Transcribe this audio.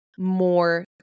More